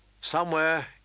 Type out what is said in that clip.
Somewhere